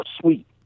Sweet